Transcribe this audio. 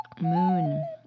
moon